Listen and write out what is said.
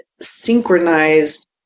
synchronized